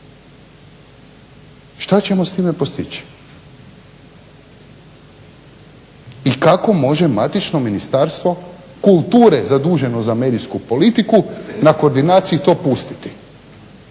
Šta ćemo s time postići i kako može matično Ministarstvo kulture zaduženo za medijsku politiku na koordinaciji to pustiti.